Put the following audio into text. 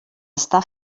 està